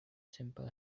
simple